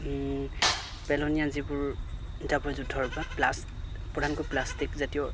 পেলনীয়া যিবোৰ জাবৰ জোঁথৰ বা প্লাচ প্ৰধানকৈ প্লাষ্টিকজাতীয়